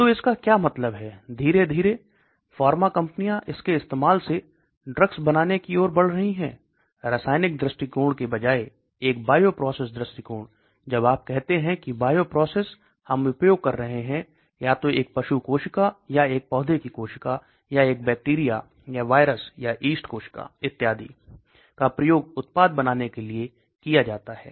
तो इसका क्या मतलब है धीरे धीरे फार्मा कंपनियां इसके इस्तेमाल से ड्रग्स बनाने की ओर बढ़ रही हैं रासायनिक दृष्टिकोण के बजाय एक बायोप्रोसेस दृष्टिकोण जब आप कहते हैं कि बायोप्रोसेस हम उपयोग कर रहे हैं या तो एक पशु कोशिका या एक पौधे की कोशिका या एक बैक्टीरिया या वायरस या यीस्ट कोशिका इत्यादि का प्रयोग उत्पाद बनाने के लिए किया जाता है